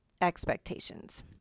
expectations